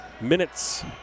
minutes